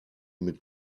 mit